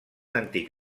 antic